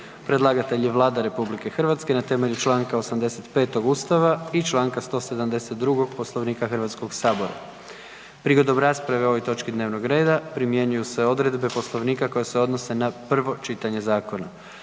Predlagatelj je Vlada RH na temelju čl. 85. Ustava i čl. 172. Poslovnika Hrvatskoga sabora. Prigodom rasprave o ovoj točki dnevnog reda primjenjuju se odredbe Poslovnika koje se odnose na prvo čitanje zakona.